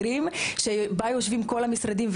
בכירים שבה יושבים כל המשרדים,